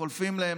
חולפות להן,